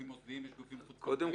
יש גופים מוסדיים, יש גופים חוץ-בנקאיים.